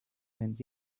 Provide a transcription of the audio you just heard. and